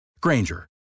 Granger